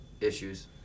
issues